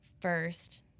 first